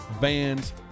vans